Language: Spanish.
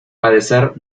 padecer